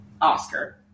Oscar